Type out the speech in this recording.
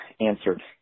answered